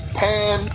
pan